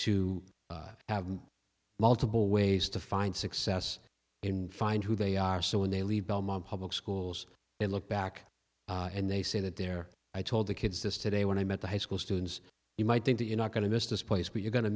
to have multiple ways to find success in find who they are so when they leave belmont public schools they look back and they say that there i told the kids this today when i met the high school students you might think that you're not going to miss this place but you're go